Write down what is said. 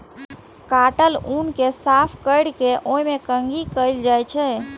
काटल ऊन कें साफ कैर के ओय मे कंघी कैल जाइ छै